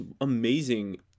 amazing